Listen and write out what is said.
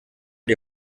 die